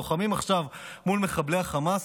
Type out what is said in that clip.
לוחמים עכשיו מול מחבלי החמאס,